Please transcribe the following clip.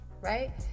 right